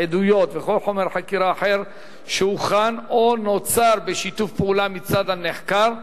עדויות וכל חומר חקירה אחר שהוכן או נוצר בשיתוף פעולה מצד הנחקר,